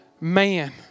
Man